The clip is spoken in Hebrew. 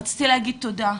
רציתי להגיד תודה.